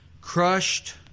crushed